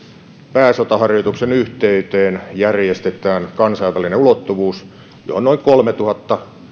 pääsotaharjoituksen yhteyteen järjestetään kansainvälinen ulottuvuus johon toivomme osallistuvan myös noin kolmetuhatta